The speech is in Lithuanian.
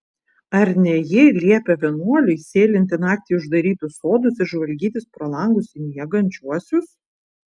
ar ne ji liepia vienuoliui sėlinti naktį į uždarytus sodus ir žvalgytis pro langus į miegančiuosius